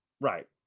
right